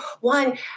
One